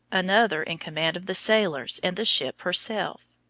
another in command of the sailors and the ship herself.